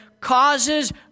causes